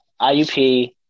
iup